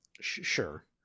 sure